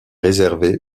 réservée